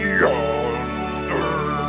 yonder